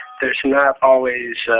there's not always